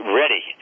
ready